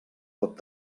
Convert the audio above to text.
pot